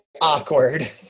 awkward